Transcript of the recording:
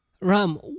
Ram